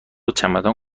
چمدان